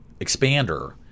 expander